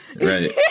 right